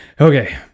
Okay